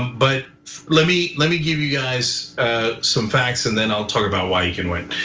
but let me let me give you guys some facts and then i'll talk about why he can win.